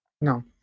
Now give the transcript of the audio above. No